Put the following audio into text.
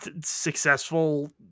successful